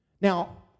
Now